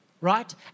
right